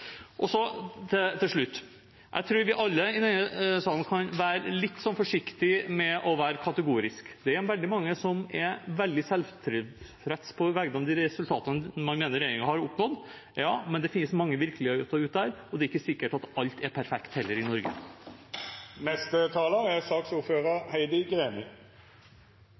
Til slutt: Jeg tror vi alle i denne salen kan være litt forsiktig med å være kategorisk. Det er veldig mange som er veldig selvtilfreds på vegne av de resultatene man mener regjeringen har oppnådd, men det finnes mange virkeligheter der ute, og det er heller ikke sikkert at alt er perfekt i Norge. For å fortsette der jeg slapp: Det er